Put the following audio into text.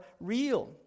real